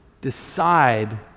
decide